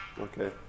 okay